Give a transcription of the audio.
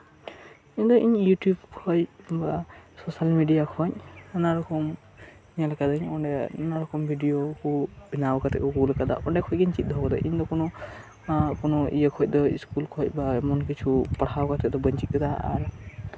ᱤᱧ ᱫᱚ ᱤᱧ ᱤᱭᱩᱴᱤᱭᱩᱵ ᱠᱷᱚᱱ ᱠᱤᱝᱵᱟ ᱥᱳᱥᱟᱞ ᱢᱮᱰᱤᱭᱟ ᱠᱷᱚᱱ ᱱᱟᱱᱟ ᱨᱚᱠᱚᱢ ᱚᱸᱰᱮ ᱧᱮᱞ ᱟᱠᱟᱹᱫᱟᱹᱧ ᱚᱸᱰᱮ ᱵᱮᱱᱟᱣ ᱠᱟᱛᱮ ᱠᱚ ᱠᱳᱞ ᱟᱠᱟᱫᱟ ᱤᱧ ᱫᱚ ᱚᱸᱰᱮ ᱠᱷᱚᱱ ᱜᱤᱧ ᱪᱮᱫ ᱫᱚᱦᱚ ᱟᱠᱟᱫᱟ ᱤᱧ ᱫᱚ ᱠᱳᱱᱳ ᱤᱥᱠᱩᱞ ᱠᱷᱚᱱ ᱫᱚ ᱵᱟᱝ ᱮᱢᱚᱱ ᱠᱤᱪᱷᱩ ᱯᱟᱲᱦᱟᱣ ᱠᱟᱛᱮ ᱫᱚ ᱵᱟᱹᱧ ᱪᱮᱫ ᱟᱠᱟᱫᱟ